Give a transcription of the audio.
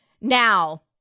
Now